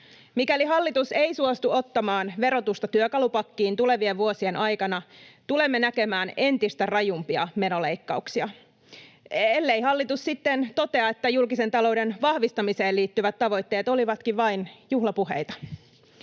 Mikäli hallitus ei suostu ottamaan verotusta työkalupakkiin tulevien vuosien aikana, tulemme näkemään entistä rajumpia menoleikkauksia — ellei hallitus sitten totea, että julkisen talouden vahvistamiseen liittyvät tavoitteet olivatkin vain juhlapuheita.